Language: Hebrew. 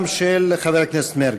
גם השאילתה של חבר הכנסת מרגי,